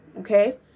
okay